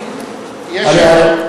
זה יהיה נהדר.